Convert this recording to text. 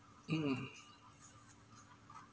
(uh huh)